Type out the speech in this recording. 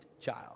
child